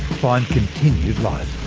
find continued life